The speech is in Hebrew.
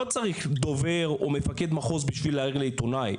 לא צריך דובר או מפקד מחוז בשביל להעיר לעיתונאי.